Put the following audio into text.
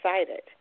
excited